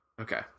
Okay